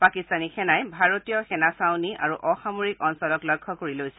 পাকিস্তানী সেনাই ভাৰতীয় সেনা ছাউনী আৰু অসামৰিক অঞ্চলক লক্ষ্য কৰি লৈছিল